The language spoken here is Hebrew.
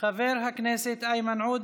חבר הכנסת איימן עודה